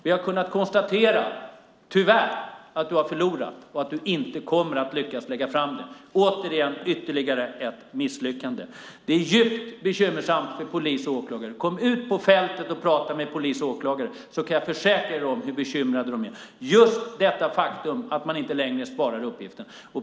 Vi har kunnat konstatera, tyvärr, att du har förlorat och att du inte kommer att lyckas att lägga fram det. Återigen ytterligare ett misslyckande. Det är djupt bekymmersamt för polis och åklagare. Kom ut på fältet och prata med polis och åklagare! Jag kan försäkra er om hur bekymrade de är. Det handlar just om det faktum att man inte längre sparar uppgifterna.